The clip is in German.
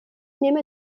nehme